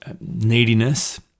Neediness